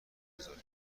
بزارین